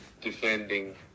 defending